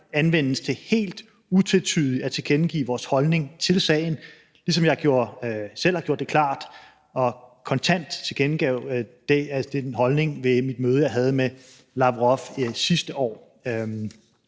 anvendes til helt utvetydigt at tilkendegive vores holdning til sagen, ligesom jeg selv gjorde det klart og kontant tilkendegav den holdning ved det møde, jeg havde med Lavrov sidste år.